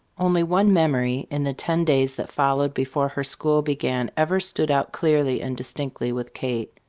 only one memory in the ten days that followed before her school began ever stood out clearly and distinctly with kate.